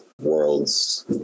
worlds